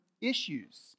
issues